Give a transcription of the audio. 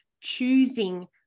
choosing